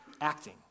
acting